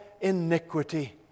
iniquity